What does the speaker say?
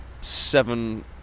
seven